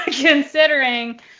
Considering